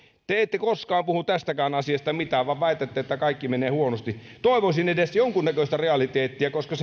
te ette koskaan puhu tästäkään asiasta mitään vaan väitätte että kaikki menee huonosti toivoisin edes jonkun näköistä realiteettia koska